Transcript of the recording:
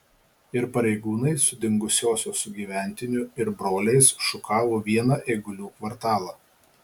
ir pareigūnai su dingusiosios sugyventiniu ir broliais šukavo vieną eigulių kvartalą